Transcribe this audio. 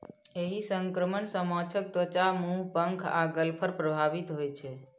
एहि संक्रमण सं माछक त्वचा, मुंह, पंख आ गलफड़ प्रभावित होइ छै